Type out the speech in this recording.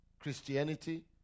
Christianity